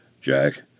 Jack